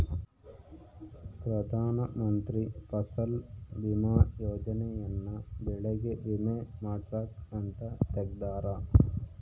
ಪ್ರಧಾನ ಮಂತ್ರಿ ಫಸಲ್ ಬಿಮಾ ಯೋಜನೆ ಯನ್ನ ಬೆಳೆಗೆ ವಿಮೆ ಮಾಡ್ಸಾಕ್ ಅಂತ ತೆಗ್ದಾರ